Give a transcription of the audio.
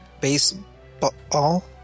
Baseball